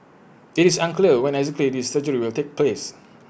IT is unclear when exactly this surgery will take place